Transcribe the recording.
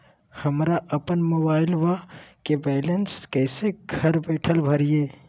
हमरा अपन मोबाइलबा के बैलेंस कैसे घर बैठल भरिए?